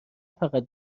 فقط